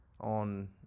on